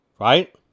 right